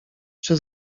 czy